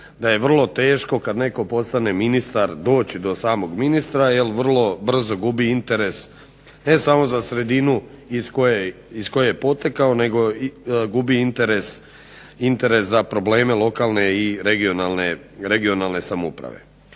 da je vrlo teško kada netko postane ministar doći do samog ministra, jer vrlo brzo gubi interes ne samo za sredinu iz koje je potekao nego gubi interes za probleme lokalne i regionalne samouprave.